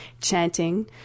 chanting